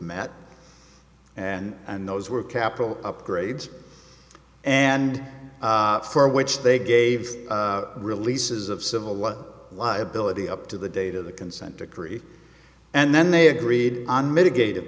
met and and those were capital upgrades and for which they gave releases of civil law liability up to the date of the consent decree and then they agreed on mitigated